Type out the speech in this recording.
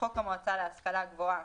"חוק המועצה להשכלה גבוהה"